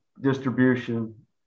distribution